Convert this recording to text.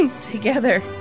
together